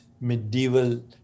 medieval